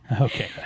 Okay